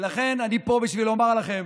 ולכן, אני פה בשביל לומר לכם